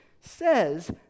says